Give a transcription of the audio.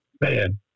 man